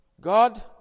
God